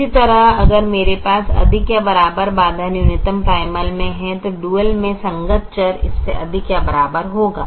इसी तरह अगर मेरे पास अधिक या बराबर बाधा न्यूनतम प्राइमल मे है तो डुअल में संगत चर इससे अधिक या उसके बराबर होगा